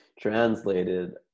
translated